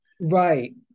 right